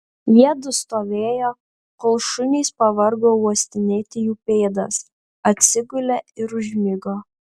jiedu stovėjo kol šunys pavargo uostinėti jų pėdas atsigulė ir užmigo